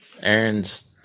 Aaron's